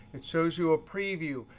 it shows you a preview,